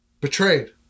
Betrayed